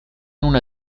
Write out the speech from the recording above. una